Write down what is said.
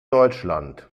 deutschland